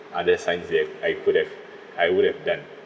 other science that I could have I would have done